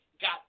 got